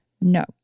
No